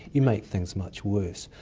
you make things much worse.